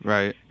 Right